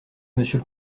monsieur